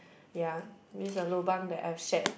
yea this's a lobang that I've shed